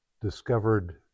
discovered